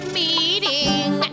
meeting